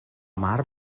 mar